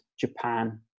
Japan